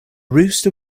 rooster